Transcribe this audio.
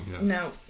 No